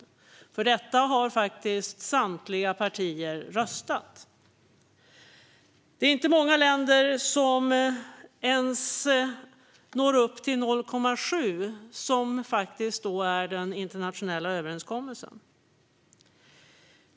Samtliga partier har faktiskt röstat för detta. Det är inte många länder som ens når upp till 0,7 procent, som faktiskt är den internationella överenskommelsen.